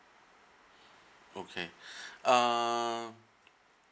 okay um